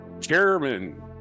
Chairman